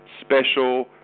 special